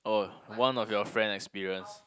oh one of your friend experience